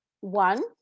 one